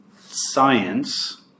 science